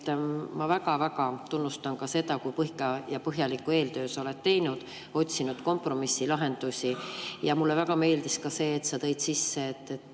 Ma väga-väga tunnustan ka seda, kui pika ja põhjaliku eeltöö sa oled teinud, otsinud kompromissi ja lahendusi. Mulle väga meeldis ka see, et sa tõid sisse, et